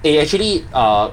eh actually uh